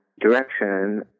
direction